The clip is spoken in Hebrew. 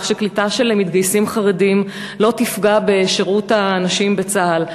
שקליטה של מתגייסים חרדים לא תפגע בשירות הנשים בצה"ל.